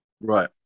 Right